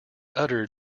uttered